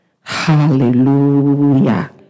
Hallelujah